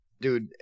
Dude